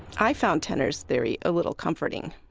i found tenner's theory a little comforting.